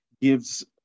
gives